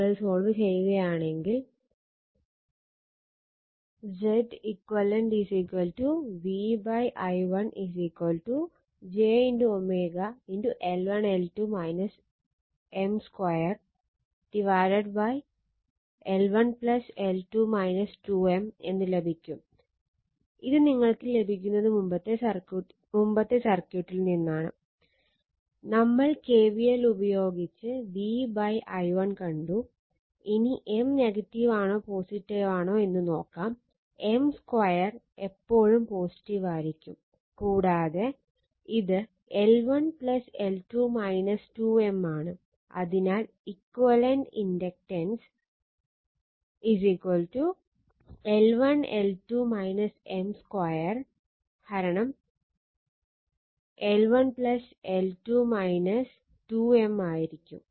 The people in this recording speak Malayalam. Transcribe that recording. നിങ്ങളിത് സോൾവ് ചെയ്യുകയാണെങ്കിൽ Zeq v i1 j ആയിരിക്കും